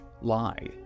lie